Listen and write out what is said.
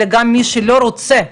אלא גם מי שלא רוצה.